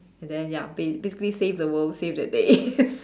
and then ya ba~ basically save the world save the day